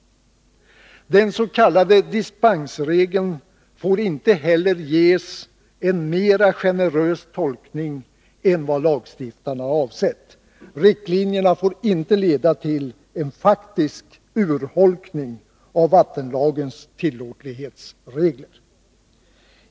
Den s.k. dispensregeln får inte heller ges en mera generös tolkning än vad lagstiftarna har avsett. Riktlinjerna får inte leda till en faktisk urholkning av vattenlagens tillåtlighetsregler.